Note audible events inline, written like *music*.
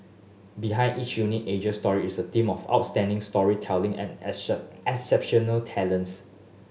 behind each unique Asian story is a team of outstanding storytelling and *unintelligible* exceptional talents